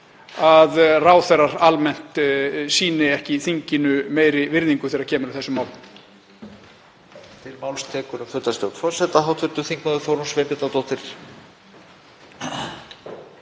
að ráðherrar almennt sýni ekki þinginu meiri virðingu þegar kemur að þessum málum.